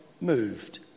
moved